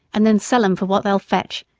and then sell em for what they'll fetch,